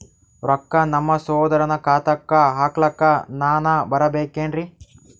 ರೊಕ್ಕ ನಮ್ಮಸಹೋದರನ ಖಾತಾಕ್ಕ ಹಾಕ್ಲಕ ನಾನಾ ಬರಬೇಕೆನ್ರೀ?